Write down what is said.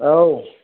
औ